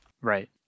right